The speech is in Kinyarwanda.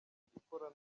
gukora